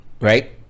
right